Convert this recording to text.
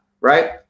right